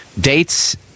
Dates